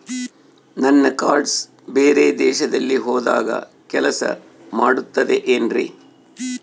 ನನ್ನ ಕಾರ್ಡ್ಸ್ ಬೇರೆ ದೇಶದಲ್ಲಿ ಹೋದಾಗ ಕೆಲಸ ಮಾಡುತ್ತದೆ ಏನ್ರಿ?